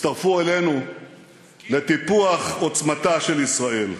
הצטרפו אלינו לטיפוח עוצמתה של ישראל.